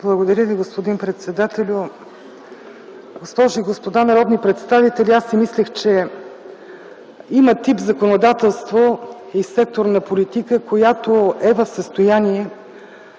Благодаря Ви, господин председател. Госпожи и господа народни представители! Аз си мислех, че има тип законодателство и секторна политика, която е в състояние